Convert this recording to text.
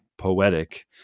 Poetic